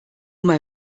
mal